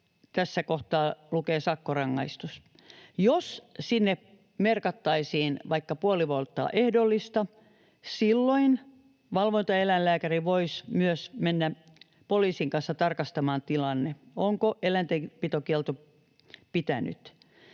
tässä kohtaa lukee sakkorangaistus. Jos sinne merkattaisiin vaikka puoli vuotta ehdollista, silloin valvontaeläinlääkäri voisi mennä myös poliisin kanssa tarkastamaan tilanteen, onko eläintenpitokielto pitänyt.